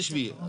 תשמעי,